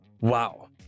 Wow